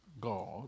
God